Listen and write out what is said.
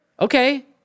Okay